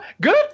good